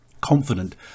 confident